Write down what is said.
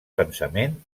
pensament